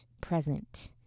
present